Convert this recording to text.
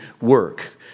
work